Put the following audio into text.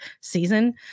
season